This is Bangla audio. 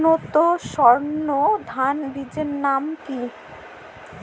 উন্নত সর্ন ধান বীজের নাম কি?